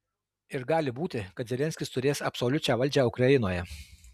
ir gali būti kad zelenskis turės absoliučią valdžią ukrainoje